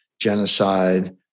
genocide